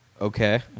okay